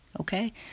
Okay